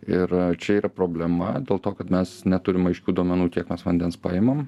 ir čia yra problema dėl to kad mes neturim aiškių duomenų kiek mes vandens paimam